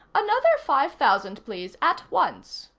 another five thousand, please. at once.